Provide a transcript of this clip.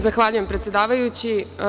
Zahvaljujem predsedavajući.